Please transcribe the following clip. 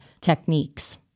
techniques